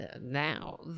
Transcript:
now